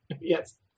Yes